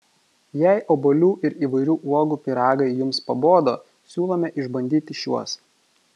jei obuolių ir įvairių uogų pyragai jums pabodo siūlome išbandyti šiuos